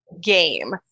game